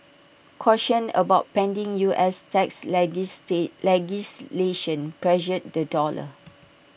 caution about pending U S tax legislation pressured the dollar